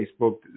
Facebook